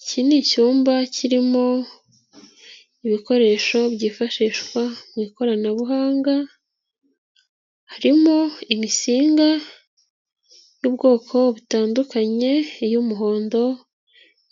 Iki ni icyumba kirimo ibikoresho byifashishwa mu ikoranabuhanga, harimo imisinga y'ubwoko butandukanye, iy'umuhondo,